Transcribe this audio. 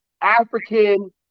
African